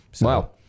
Wow